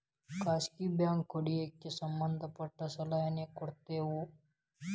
ಖಾಸಗಿ ಬ್ಯಾಂಕ್ ಹೂಡಿಕೆಗೆ ಸಂಬಂಧ ಪಟ್ಟ ಸಲಹೆನ ಕೊಡ್ತವ